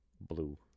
Blue